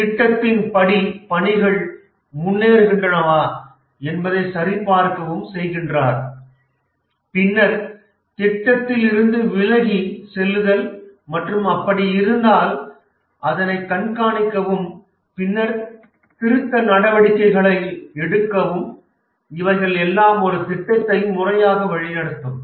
திட்டத்தின் படி பணிகள் முன்னேறுகின்றனவா என்பதைச் சரிபார்க்கவும் செயகின்றார் பின்னர் திட்டத்திலிருந்து விலகி செல்லுதல் மற்றும் அப்படி இருந்தால் அதனை கண்காணிக்கவும் பின்னர் திருத்த நடவடிக்கைகளை எடுக்கவும் இவைகள் எல்லாம் ஒரு திட்டத்தை முறையாக வழி நடத்தும்